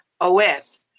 OS